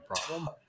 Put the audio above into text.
problem